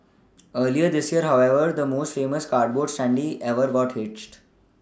earlier this year however the most famous cardboard standee ever got hitched